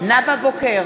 נאוה בוקר,